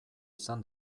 izan